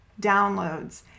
downloads